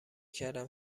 کردم